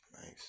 Nice